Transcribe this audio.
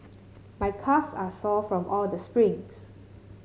my calves are sore from all the sprints